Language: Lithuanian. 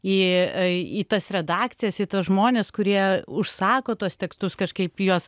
į į tas redakcijas į tuos žmones kurie užsako tuos tekstus kažkaip juos